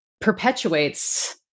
perpetuates